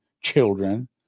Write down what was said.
children